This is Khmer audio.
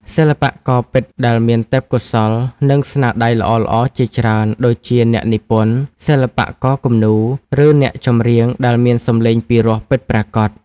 សិល្បករពិតដែលមានទេពកោសល្យ និងស្នាដៃល្អៗជាច្រើនដូចជាអ្នកនិពន្ធ សិល្បករគំនូរ ឬអ្នកចម្រៀងដែលមានសំឡេងពិរោះពិតប្រាកដ។